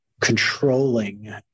controlling